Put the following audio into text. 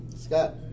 Scott